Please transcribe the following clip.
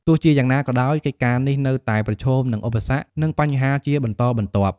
ទោះជាយ៉ាងណាក៏ដោយ កិច្ចការនេះនៅតែប្រឈមនឹងឧបសគ្គនិងបញ្ហាជាបន្តបន្ទាប់។